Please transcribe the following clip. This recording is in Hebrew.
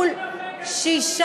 כמה עולה החוק של רינה פרנקל,